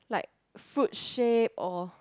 like fruit shape or